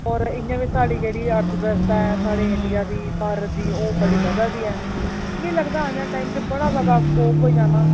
और इयां बी साढ़ी जेह्ड़ी आर्थक बवस्था ऐ साढ़ी इंडिया दी भारत दी ओह् बड़ी बधा दी ऐ मिकी लगदा आने आह्ले टाइम च बड़ा जैदा स्कोप होई जाना